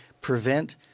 prevent